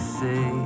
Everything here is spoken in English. say